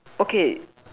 okay